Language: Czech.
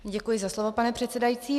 Děkuji za slovo, pane předsedající.